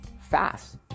fast